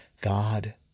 God